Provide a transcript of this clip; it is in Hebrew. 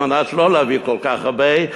על מנת לא להביא כל כך הרבה,